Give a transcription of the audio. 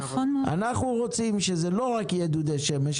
אנחנו רוצים שזה לא רק יהיה דודי שמש,